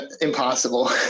impossible